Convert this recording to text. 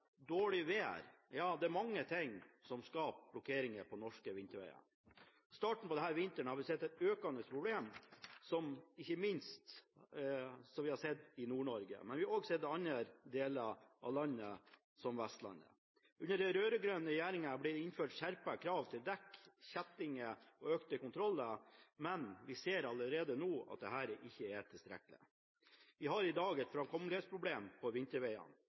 dårlig vedlikeholdte veger, dårlig vær – ja, det er mange ting som skaper blokkeringer på norske vinterveger. I starten av denne vinteren har vi sett et økende problem, ikke minst i Nord-Norge, men vi har også sett det i andre deler av landet, som på Vestlandet. Under den rød-grønne regjeringen ble det innført skjerpede krav til dekk, kjettinger og økte kontroller, men vi ser allerede nå at dette ikke er tilstrekkelig. Vi har i dag et framkommelighetsproblem på